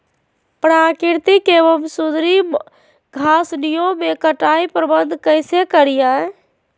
प्राकृतिक एवं सुधरी घासनियों में कटाई प्रबन्ध कैसे करीये?